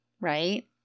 Right